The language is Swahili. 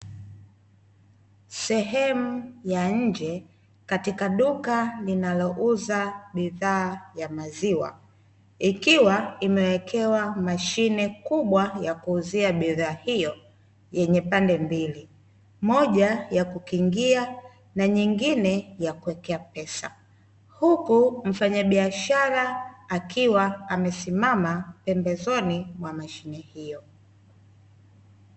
Sehemu ya nje katika duka linalouza bidhaa ya maziwa, ikiwa imeekewa mashine kubwa ya kuuzia bidhaa hiyo yenye pande mbili, moja ya kukingia na nyingine ya kuekea pesa, huku mfanyabiashara akiwa amesimama pembezoni mwa mashine hiyo.